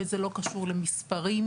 וזה לא קשור למספרים.